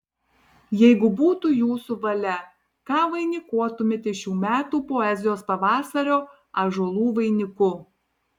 jeigu būtų jūsų valia ką vainikuotumėte šių metų poezijos pavasario ąžuolų vainiku